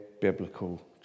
biblical